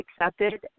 accepted